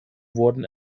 wurden